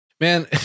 Man